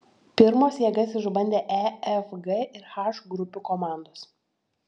pirmos jėgas išbandė e f g ir h grupių komandos